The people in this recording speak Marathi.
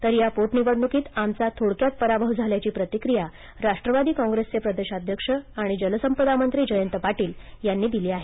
तर या पोटनिवडणुकीत आमचा थोडक्यात पराभव झाल्याची प्रतिक्रिया राष्ट्रवादी काँग्रेसचे प्रदेशाध्यक्ष आणि जलसंपदा मंत्री जयंत पाटील यांनी दिली आहे